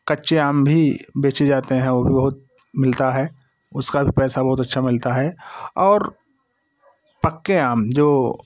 कच्चे आम भी बेचे जाते हैं वो भी बहुत मिलता है उसका भी पैसा भी बहुत अच्छा मिलता है और पक्के आम जो